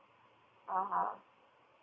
(uh huh)